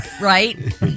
right